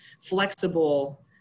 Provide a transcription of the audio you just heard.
flexible